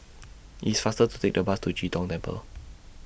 It's faster to Take The Bus to Chee Tong Temple